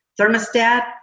thermostat